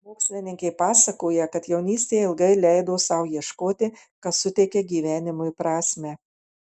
mokslininkė pasakoja kad jaunystėje ilgai leido sau ieškoti kas suteikia gyvenimui prasmę